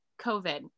COVID